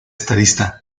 estadista